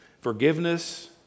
Forgiveness